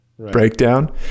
breakdown